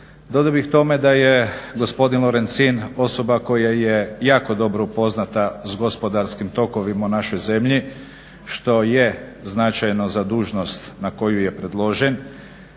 Dodao bih tome da je gospodin Lorencin osoba koja je jako dobro upoznata s gospodarskim tokovima u našoj zemlji što je značajno za dužnost na koju je predložen,